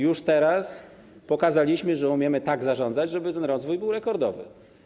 Już teraz pokazaliśmy, że umiemy tak zarządzać, żeby ten rozwój był rekordowy.